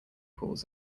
pools